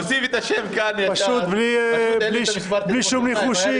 פשוט, בלי שום ניחושים.